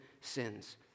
sins